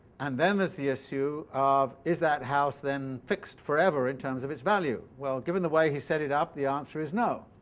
and then there's the issue of is that house then fixed forever in terms of its value? well, given the way he set it up, the answer is no.